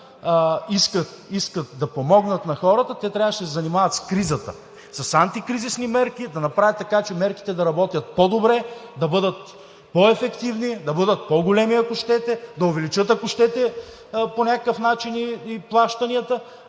искат да помогнат на хората, те трябваше да се занимават с кризата и с антикризисни мерки да направят така, че мерките да работят по добре, да бъдат по-ефективни, да бъдат по големи – ако щете, да увеличат по някакъв начин и плащанията,